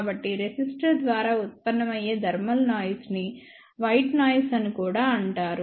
కాబట్టి రెసిస్టర్ ద్వారా ఉత్పన్నమయ్యే థర్మల్ నాయిస్ ని వైట్ నాయిస్ అని కూడా అంటారు